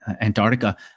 Antarctica